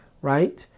right